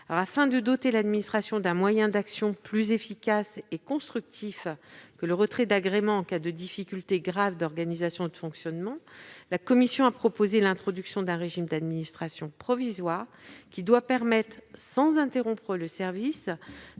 Afin de doter l'administration d'un moyen d'action plus efficace et constructif que le retrait d'agrément en cas de difficulté grave d'organisation et de fonctionnement, la commission a proposé l'introduction d'un régime d'administration provisoire qui doit permettre, sans interrompre le service,